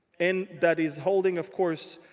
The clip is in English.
and that is holding, of course,